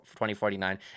2049